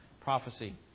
Prophecy